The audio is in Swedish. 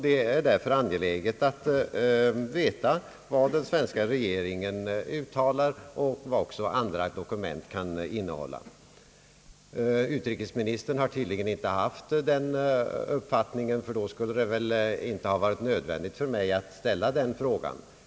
Det är angeläget att veta vad den svenska regeringen uttalar och vad även andra dokument kan innehålla. Utrikesministern har tydligen inte delat den uppfattningen — annars skulle det knappast ha varit nödvändigt för mig att ställa frågan.